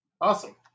Awesome